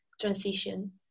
transition